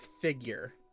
figure